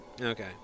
Okay